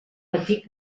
patir